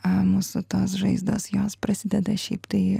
a mūsų tos žaizdos jos prasideda šiaip tai